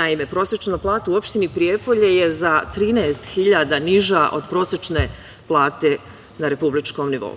Naime, prosečna plata u opštini Prijepolje je za 13.000 niža od prosečne plate na republičkom nivou.